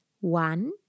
One